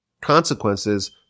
consequences